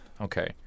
Okay